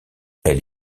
elle